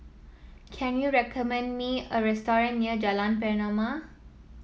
can you recommend me a restaurant near Jalan Pernama